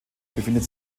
befindet